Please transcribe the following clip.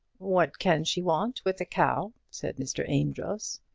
what can she want with a cow? said mr. amedroz.